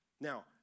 Now